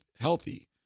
healthy